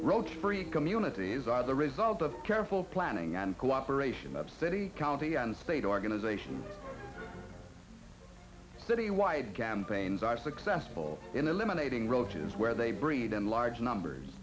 roach free communities are the result of careful planning and cooperation of city county and state organizations city wide campaigns are successful in eliminating roaches where they breed in large numbers